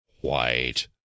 white